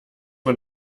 man